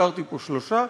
הזכרתי פה שלושה,